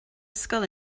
scoil